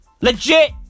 Legit